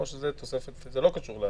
או שזה תוספת ולא קשור לעניין?